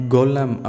Golem